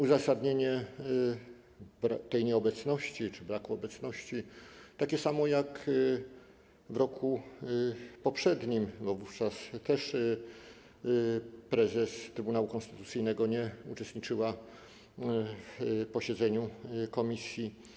Uzasadnienie tej nieobecności czy braku obecności jest takie samo jak w roku poprzednim, bo wówczas też prezes Trybunału Konstytucyjnego nie uczestniczyła w posiedzeniu komisji.